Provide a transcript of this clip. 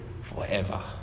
forever